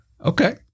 Okay